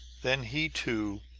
then he, too,